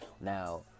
now